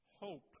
Hope